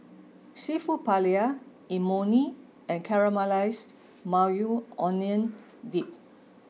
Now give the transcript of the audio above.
seafood Paella Imoni and Caramelized Maui Onion Dip